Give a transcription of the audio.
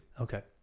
okay